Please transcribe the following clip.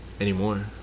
Anymore